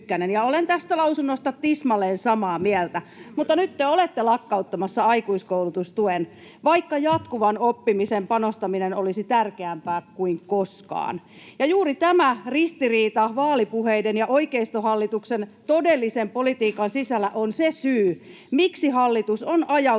olen tästä lausunnosta tismalleen samaa mieltä. Mutta nyt te olette lakkauttamassa aikuiskoulutustuen, vaikka jatkuvaan oppimiseen panostaminen olisi tärkeämpää kuin koskaan, ja juuri tämä ristiriita vaalipuheiden ja oikeistohallituksen todellisen politiikan sisällä on se syy, miksi hallitus on ajautunut